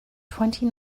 twenty